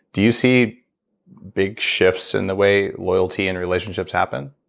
do you see big shifts in the way loyalty in relationships happen?